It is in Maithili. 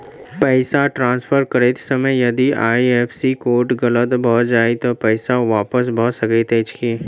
पैसा ट्रान्सफर करैत समय यदि आई.एफ.एस.सी कोड गलत भऽ जाय तऽ पैसा वापस भऽ सकैत अछि की?